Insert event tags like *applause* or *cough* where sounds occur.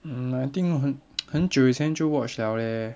mm I think 很 *noise* 很久以前就 watch liao leh